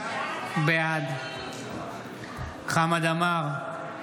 בעד חמד עמאר,